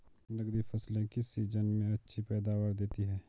नकदी फसलें किस सीजन में अच्छी पैदावार देतीं हैं?